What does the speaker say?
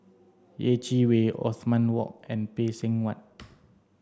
Yeh Chi Wei Othman Wok and Phay Seng Whatt